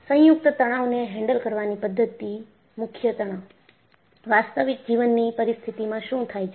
સંયુક્ત તણાવને હેન્ડલ કરવાની પદ્ધતિ મુખ્ય તણાવ વાસ્તવિક જીવનની પરિસ્થિતિમાં શું થાય છે